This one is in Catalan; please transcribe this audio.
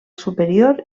superior